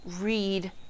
read